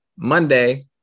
Monday